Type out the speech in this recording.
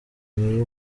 mibi